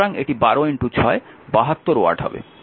সুতরাং এটি 12 6 72 ওয়াট হবে